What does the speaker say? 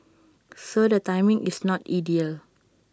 so the timing is not ideal